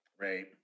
Right